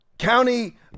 County